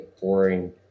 boring